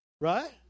Right